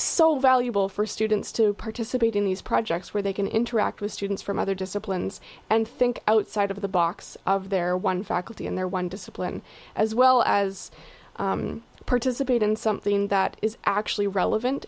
so valuable for students to participate in these projects where they can interact with students from other disciplines and think outside of the box of their one faculty in their one discipline as well as participate in something that is actually relevant